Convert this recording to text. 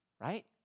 right